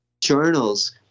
journals